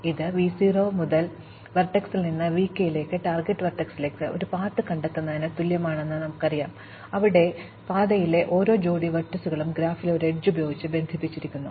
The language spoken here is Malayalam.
ഈ തുക v 0 മുതൽ ഉറവിട വെർട്ടെക്സിൽ നിന്ന് v k ലേക്ക് ടാർഗെറ്റ് വെർട്ടെക്സിലേക്ക് ഒരു പാത്ത് കണ്ടെത്തുന്നതിന് തുല്യമാണെന്ന് ഞങ്ങൾ പറഞ്ഞു അവിടെ പാതയിലെ ഓരോ ജോഡി വെർട്ടീസുകളും ഗ്രാഫിലെ ഒരു എഡ്ജ് ഉപയോഗിച്ച് ബന്ധിപ്പിച്ചിരിക്കുന്നു